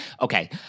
okay